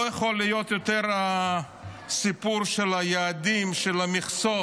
לא יכול להיות יותר הסיפור של היעדים, של המכסות.